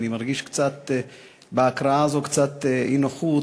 אני מרגיש בהקראה הזאת קצת אי-נוחות,